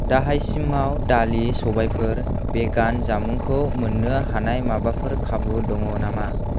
दाहायसिमाव दालि सबायफोर भेगान जामुंखौ मोन्नो हानाय माबाफोर खाबु दङ नामा